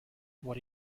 what